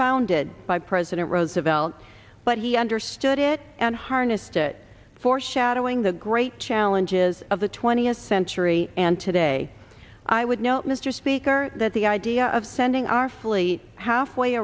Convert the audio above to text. founded by president roosevelt but he understood it and harnessed it foreshadowing the great challenges of the twentieth century and today i would know mr speaker that the idea of sending our fleet halfway